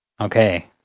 Okay